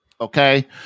okay